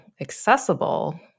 accessible